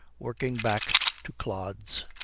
working back to clods.